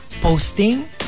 posting